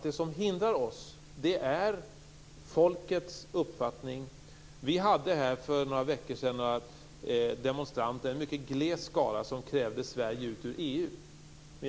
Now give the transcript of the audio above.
Det som hindrar oss är folkets uppfattning. Vi hade för några veckor sedan här utanför en mycket gles skara av demonstranter som krävde att Sverige skall gå ut ur EU.